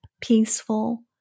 peaceful